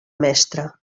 mestre